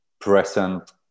present